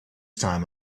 time